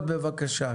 בבקשה.